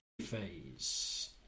phase